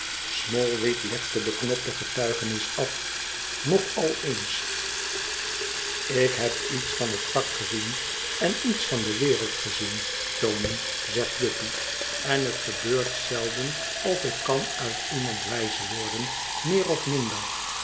smallweed legt de beknopte getuigenis af nog al eens ik heb iets van het vak gezien en iets van de wereld gezien tony zegt guppy en het gebeurt zelden of ik kan uit iemand wijs worden meer of minder